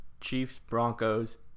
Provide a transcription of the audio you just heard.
Chiefs-Broncos